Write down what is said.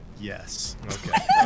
Yes